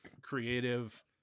creative